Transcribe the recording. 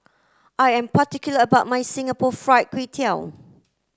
I am particular about my Singapore Fried Kway Tiao